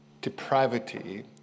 depravity